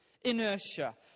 inertia